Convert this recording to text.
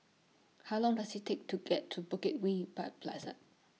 How Long Does IT Take to get to Bukit Way By Plaza